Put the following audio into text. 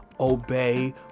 Obey